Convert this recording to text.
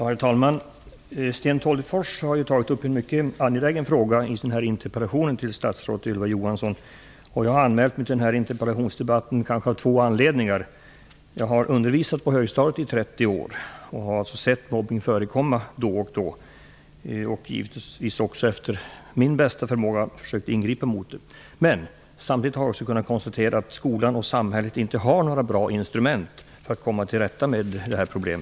Herr talman! Sten Tolgfors har tagit upp en mycket angelägen fråga i den här interpellationen till statsrådet Ylva Johansson. Jag har anmält mig till denna interpellationsdebatt av två anledningar. Jag har undervisat på högstadiet i 30 år. Jag har alltså sett mobbning förekomma då och då och har givetvis efter bästa förmåga försökt ingripa. Samtidigt har jag kunnat konstatera att skolan och samhället inte har några bra instrument för att komma till rätta med detta problem.